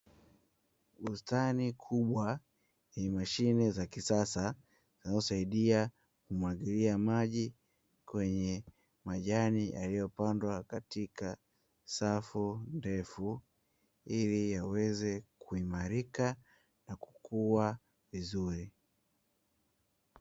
Bustani kubwa na mashine za kisasa zinazosaidia kumwagilia maji kwenye majani, yaliyopandwa katika safu ndefu iliyaweze kuimarika na kuchipua vizuri.